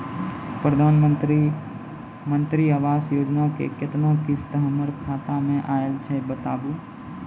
प्रधानमंत्री मंत्री आवास योजना के केतना किस्त हमर खाता मे आयल छै बताबू?